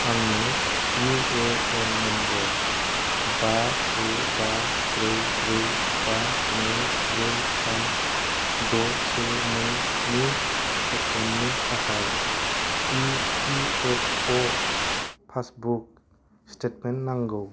आंनो UAN number बा से बा ब्रै ब्रै बा नै ब्रै थाम द' से नैनि एकाउन्टनि थाखाय इपिएफअ' पासबुक स्टेटमेन्ट नांगौ